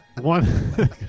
One